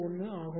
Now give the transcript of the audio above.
01 ஆகும்